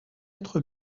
être